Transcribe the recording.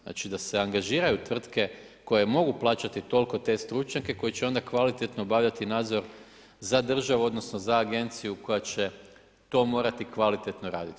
Znači da se angažiraju tvrtke koje mogu plaćati toliko te stručnjake koji će onda kvalitetno obavljati nadzor za državu, odnosno, za agenciju koja će to moći kvalitetno raditi.